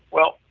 well,